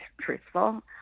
truthful